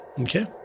Okay